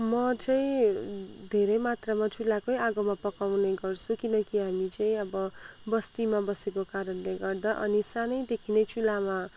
म चाहिँ धेरै मात्रामा चुलाकै आगोमा पकाउने गर्सछु किनकि हामी चाहिँ अब बस्तीमा बसेको कारणले गर्दा अनि सानैदेखि नै चुलामा